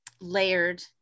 layered